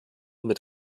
mit